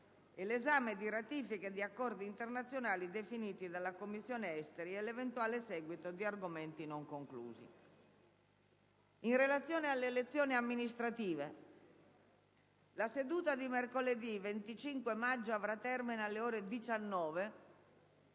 l'esame di ratifiche di accordi internazionali definite dalla Commissione esteri e l'eventuale seguito di argomenti non conclusi. In relazione alle elezioni amministrative, la seduta pomeridiana di mercoledì 25 maggio avrà termine alle ore 19,